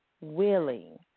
willing